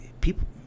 people